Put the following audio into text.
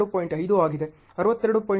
5 ಆಗಿದೆ 62